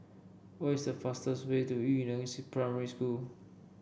what is the fastest way to Yu Neng Primary School